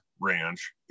ranch